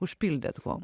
užpildėt kuom